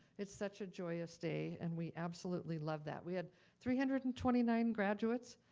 it's such a joyous day and we absolutely love that. we had three hundred and twenty nine graduates,